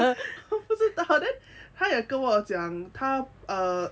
我不知道 then 他也跟我讲他 uh